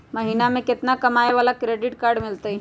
महीना में केतना कमाय वाला के क्रेडिट कार्ड मिलतै?